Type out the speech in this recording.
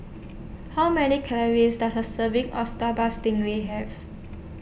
How Many Calories Does A Serving of Sambal Stingray Have